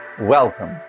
Welcome